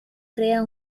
crea